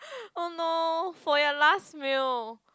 oh no for your last meal